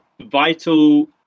vital